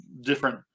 different